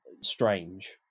strange